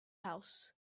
house